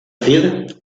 cid